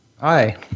Hi